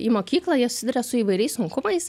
į mokyklą jie siduria su įvairiais sunkumais